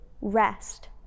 rest